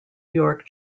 york